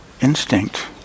instinct